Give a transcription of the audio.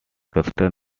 custer